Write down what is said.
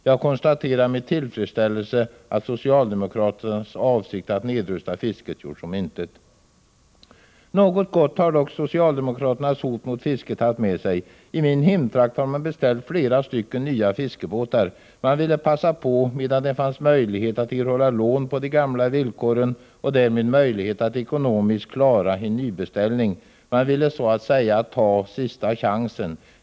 Jag konstaterar med tillfredsställelse att socialdemokraternas avsikt att nedrusta fisket gjorts om intet. Något gott har dock socialdemokraternas hot mot fisket haft med sig. I min hemtrakt har man beställt flera nya fiskebåtar. Man ville passa på medan det fanns möjlighet att erhålla lån på de gamla villkoren och därmed möjlighet att ekonomiskt klara en nybeställning. Man ville så att säga ta sista chansen.